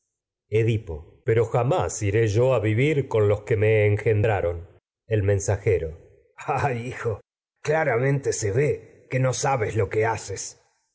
edipo pero jamás iré yo a vivir con los que me engendraron el mensajero ah hijo claramente se ve que no sabes lo que haces